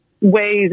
ways